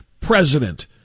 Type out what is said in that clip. president